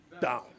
down